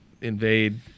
invade